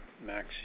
Max